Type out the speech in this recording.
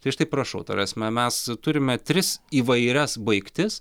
tai štai prašau ta prasme mes turime tris įvairias baigtis